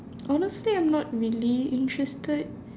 honestly I'm not really interested